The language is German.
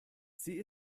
sie